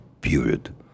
period